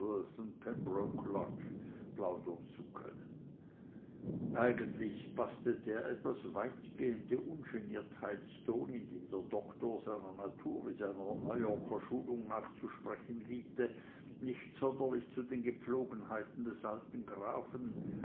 plaudern zu können eigentlich paßte der etwas weitgehende ungeniertheitston in dem der doktor seiner natur wie seiner new yorker schulung nach zu sprechen liebte nicht sonderlich zu den gepflogenheiten des alten grafen